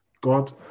God